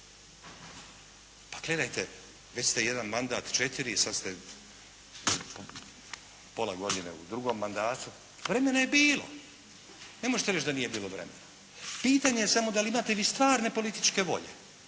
Pa gledajte već ste jedan mandat četiri, sad ste pola godine u drugom mandatu, vremena je bilo. Ne možete reći da nije bilo vremena. Pitanje je samo da li imate vi stvarne političke volje.